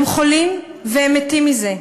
הם חולים והם מתים מזה.